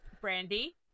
brandy